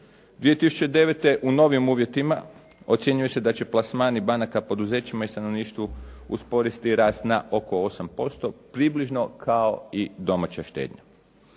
2009. u novim uvjetima ocjenjuje se da će plasmani banaka poduzećima i stanovništvu usporiti rast na oko 8% približno kao i domaća štednja.